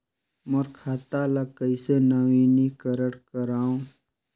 मोर खाता ल कइसे नवीनीकरण कराओ?